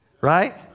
right